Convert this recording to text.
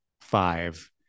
five